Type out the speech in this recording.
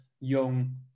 young